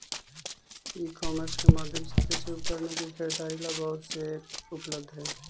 ई commerce के माध्यम से कृषि उपकरणों की खरीदारी ला बहुत से ऐप उपलब्ध हई